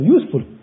useful